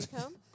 come